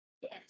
Yes